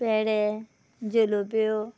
पेडे जलोब्यो